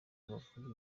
abavuga